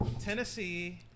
Tennessee